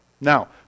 Now